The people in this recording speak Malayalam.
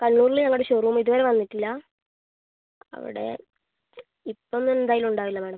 കണ്ണൂരില് ഞങ്ങളുടെ ഷോറൂമ് ഇത് വരെ വന്നിട്ടില്ലാ അവിടെ ഇപ്പം എന്തായാലും ഉണ്ടാവില്ല മാഡം